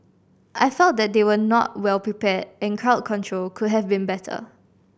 I felt that they were not well prepared and crowd control could have been better